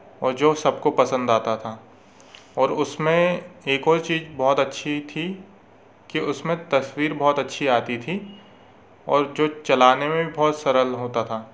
और जो सबको पसंद आता था और उसमें एक और चीज़ बहुत अच्छी थी कि उसमें तस्वीर बहुत अच्छी आती थी और जो चलाने में भी बहुत सरल होता था